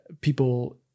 people